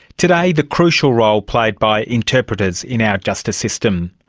today the crucial role played by interpreters in our justice system.